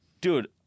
Dude